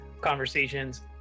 conversations